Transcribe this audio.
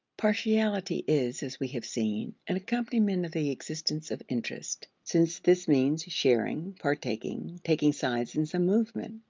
partiality is, as we have seen, an accompaniment of the existence of interest, since this means sharing, partaking, taking sides in some movement.